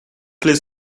play